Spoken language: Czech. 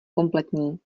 kompletní